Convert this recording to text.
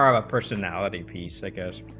um a personality peacemakers